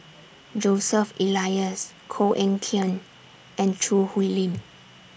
Joseph Elias Koh Eng Kian and Choo Hwee Lim